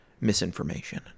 misinformation